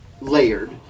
layered